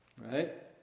right